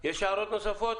יש הערות נוספות?